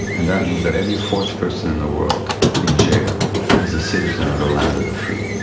and that means that every fourth person in the world in jail is a citizen of the land of the free.